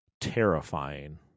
terrifying